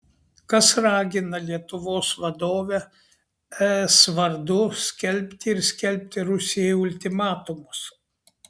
kas ragina lietuvos vadovę es vardu skelbti ir skelbti rusijai ultimatumus